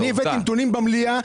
אני הבאתי נתונים במליאה.